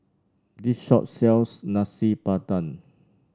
this shop sells Nasi Padang